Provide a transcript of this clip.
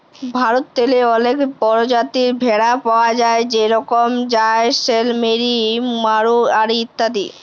ভারতেল্লে অলেক পরজাতির ভেড়া পাউয়া যায় যেরকম জাইসেলমেরি, মাড়োয়ারি ইত্যাদি